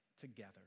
together